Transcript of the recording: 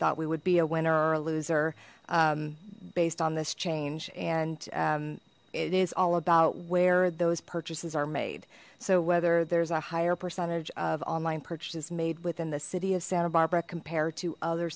thought we would be a winner or a loser based on this change and it is all about where those purchases are made so whether there's a higher percentage of online purchases made within the city of santa barbara compared to other